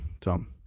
Tom